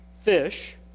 fish